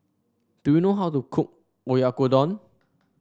do you know how to cook Oyakodon